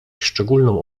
szczególną